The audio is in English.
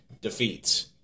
defeats